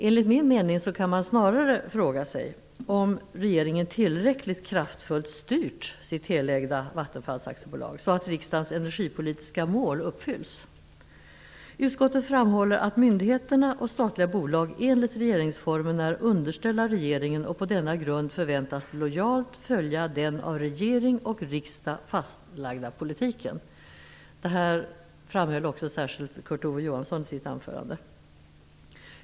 Enligt min mening kan man snarare fråga sig om regeringen tillräckligt kraftfullt styrt sitt helägda Vattenfall AB, så att riksdagens energipolitiska mål uppfylls. Utskottet framhåller att myndigheterna och statliga bolag enligt regeringsformen är underställda regeringen och på denna grund förväntas lojalt följa den av regeringen och riksdagen fastlagda politiken. Detta framhöll också särskilt Kurt Ove Johansson i sitt anförande.